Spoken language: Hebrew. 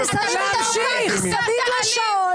להמשיך, להמשיך.